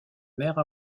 mère